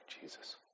Jesus